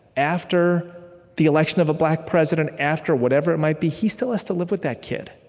after the election of a black president, after whatever it might be, he still has to live with that kid.